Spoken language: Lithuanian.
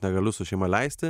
negaliu su šeima leisti